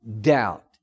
doubt